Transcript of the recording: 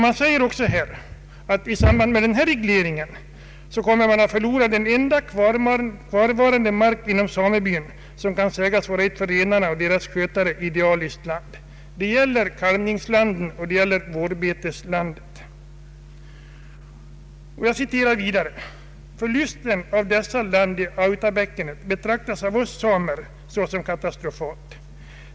Det framhålles att man i samband med denna reglering kommer att förlora den enda kvarvarande mark inom samebyn som kan sägas vara ett för renarna och deras skötare idealiskt land. Det gäller kalvningsoch vårbeteslandet. I skrivelsen framhålles följande: ”Förlusten av dessa land i Autabäckenet betraktas av oss samer såsom katastrofal.